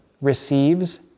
receives